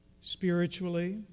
spiritually